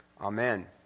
Amen